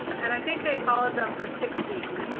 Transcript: and i think they followed them for six weeks,